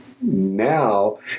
Now